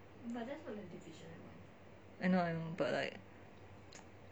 I know I know but like